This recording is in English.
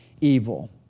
evil